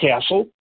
Castle